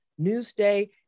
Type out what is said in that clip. Newsday